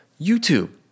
YouTube